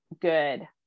good